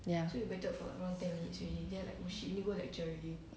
ya